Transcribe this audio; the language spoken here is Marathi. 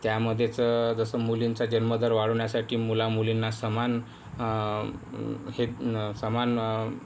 त्यामध्येच जस मुलींचा जन्मदर वाढवण्यासाठी मुलामुलींना समान हे समान